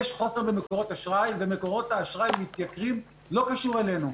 יש חוסר במקורות אשראי והם מתייקרים בלי קשר אלינו.